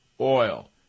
oil